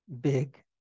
big